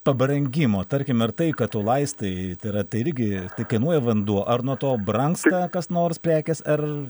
pabrangimo tarkim ir tai kad tu laistai yra tai irgi kainuoja vanduo ar nuo to brangsta kas nors prekės ar